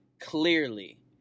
clearly